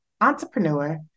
entrepreneur